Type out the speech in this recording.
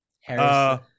Harris